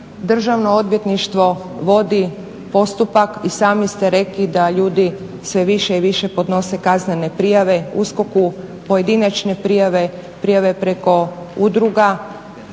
državno odvjetništvo vodi postupak i sami ste rekli da ljudi sve više i više podnose kaznene prijave USKOK-u pojedinačne prijave, prijave preko udruga